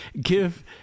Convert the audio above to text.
give